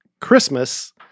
Christmas